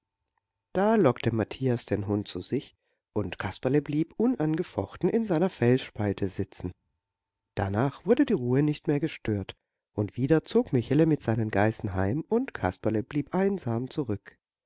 da lockte matthias den hund zu sich und kasperle blieb unangefochten in seiner felsspalte sitzen danach wurde die ruhe nicht mehr gestört und wieder zog michele mit seinen geißen heim und kasperle blieb einsam zurück